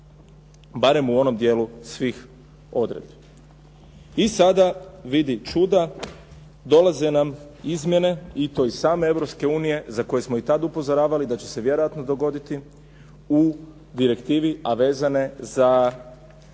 Barem u onom dijelu svih odredbi. I sada vidi čuda dolaze nam izmjene i to iz same Europske unije za koje smo i tada upozoravali da će se vjerojatno dogoditi u direktivi a vezane za